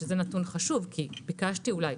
שזה נתון חשוב כי ביקשתי 500,000,